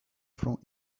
from